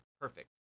perfect